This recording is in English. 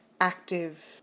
active